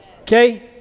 okay